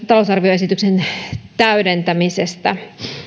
talousarvioesityksen täydentämisestä